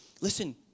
Listen